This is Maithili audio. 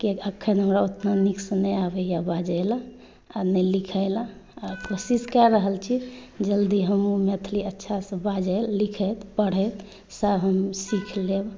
कियाकि एखन हमरा ओतेक नीकसँ नहि आबैए बाजैलए आ नहि लिखैलए कोशिश कऽ रहल छी जल्दी हमहूँ मैथिली अच्छासँ बाजै लिखै पढ़ै सभ हम सीख लेब